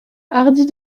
hardis